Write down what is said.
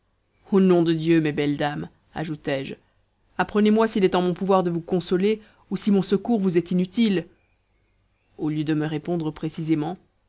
au nom de dieu mes belles dames ajoutai-je apprenez-moi s'il est en mon pouvoir de vous consoler ou si mon secours vous est inutile au lieu de me répondre précisément